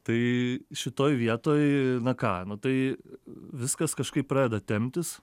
tai šitoj vietoj na ką nu tai viskas kažkaip pradeda temptis